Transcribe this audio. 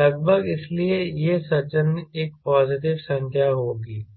लगभग इसलिए यह सज्जन एक पॉजिटिव संख्या होगी ठीक है